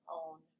own